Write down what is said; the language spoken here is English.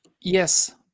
Yes